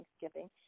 Thanksgiving